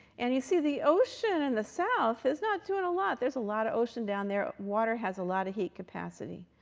and you see the ocean in the south is not doing a lot. there's a lot of ocean down there. water has a lot of heat capacity.